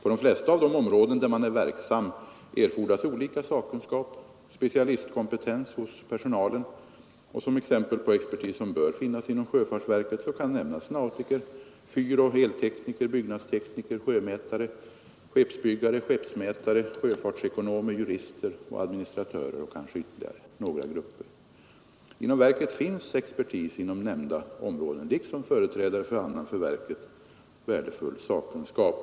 På de flesta av dessa områden erfordras olika sakkunskap, specialistkompetens hos personalen. Som exempel på expertis som bör finnas inom sjöfartsverket kan nämnas nautiker, fyroch eltekniker, byggnadstekniker, sjömätare, skeppsbyggare, skeppsmätare, sjöfartsekonomer, jurister och administratörer och kanske ytterligare några grupper. Inom verket finns expertis på nämnda områden liksom företrädare för annan för verket värdefull sakkunskap.